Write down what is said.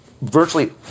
Virtually